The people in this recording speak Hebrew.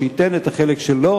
שייתן את החלק שלו.